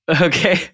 Okay